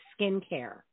Skincare